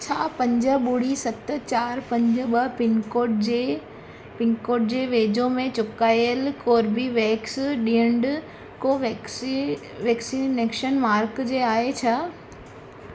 छा पंज ॿुड़ी सत चारि पंज ॿ पिनकोड जे पिनकोड जे वेझो में चुकायल कोर्बीवैक्स ॾींड को वैक्सी वैक्सीनेशन मार्कज़ आहे छा